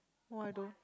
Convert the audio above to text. no I don't